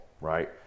Right